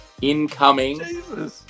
incoming